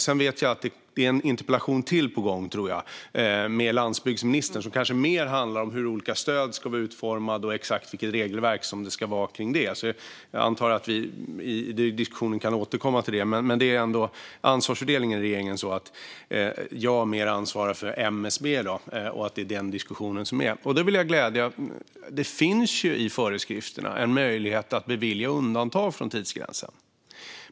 Sedan är det en interpellationsdebatt till på gång med landsbygdsministern, tror jag, som kanske mer handlar om hur olika stöd ska vara utformade och exakt vilket regelverk som ska gälla kring det. Jag antar att vi i diskussionen kan återkomma till det, men ansvarsfördelningen i regeringen är ändå sådan att jag mer ansvarar för MSB och den diskussionen. Jag kan då glädja ledamoten med att det i föreskrifterna finns en möjlighet att bevilja undantag från tidsgränsen.